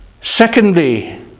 Secondly